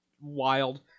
wild